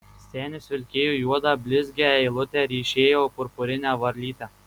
senis vilkėjo juodą blizgią eilutę ryšėjo purpurinę varlytę